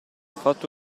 fatto